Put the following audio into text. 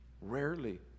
rarely